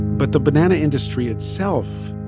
but the banana industry itself